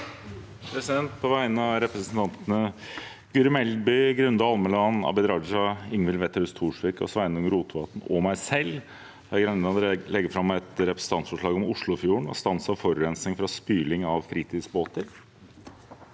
På vegne av represen- tantene Guri Melby, Grunde Almeland, Abid Raja, Ingvild Wetrhus Thorsvik, Sveinung Rotevatn og meg selv har jeg gleden av å legge fram et representantforslag om Oslofjorden og stans av forurensning fra spyling av fritidsbåter.